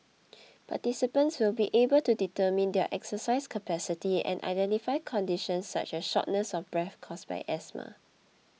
participants will be able to determine their exercise capacity and identify conditions such as shortness of breath caused by asthma